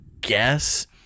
guess